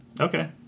Okay